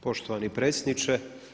Poštovani predsjedniče.